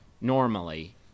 normally